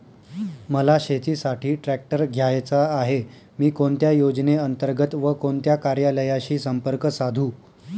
मला शेतीसाठी ट्रॅक्टर घ्यायचा आहे, मी कोणत्या योजने अंतर्गत व कोणत्या कार्यालयाशी संपर्क साधू?